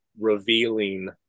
revealing